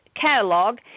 catalog